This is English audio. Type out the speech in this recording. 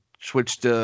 switched